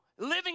Living